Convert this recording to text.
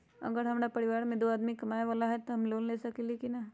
अगर हमरा परिवार में दो आदमी कमाये वाला है त हम लोन ले सकेली की न?